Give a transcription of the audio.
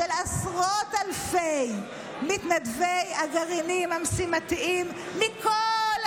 של עשרות אלפי מתנדבי הגרעינים המשימתיים מכל הזרמים,